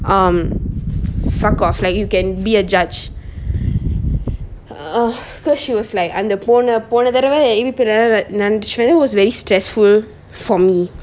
um fuck off like you can be a judge err cause she was like அந்த போன போன தடவ இருப்புற:antha pona pona thadava iruppura was very stressful for me